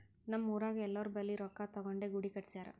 ನಮ್ ಊರಾಗ್ ಎಲ್ಲೋರ್ ಬಲ್ಲಿ ರೊಕ್ಕಾ ತಗೊಂಡೇ ಗುಡಿ ಕಟ್ಸ್ಯಾರ್